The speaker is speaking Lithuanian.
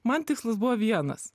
man tikslas buvo vienas